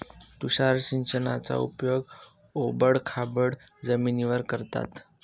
तुषार सिंचनाचा उपयोग ओबड खाबड जमिनीवर करतात